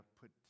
put